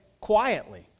quietly